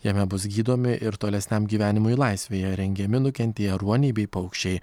jame bus gydomi ir tolesniam gyvenimui laisvėje rengiami nukentėję ruoniai bei paukščiai